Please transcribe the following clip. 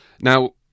Now